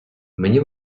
мені